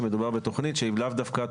בהגדרה זה נראה לנו כאילו מטושטש קצת, לא?